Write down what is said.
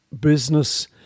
business